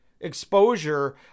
exposure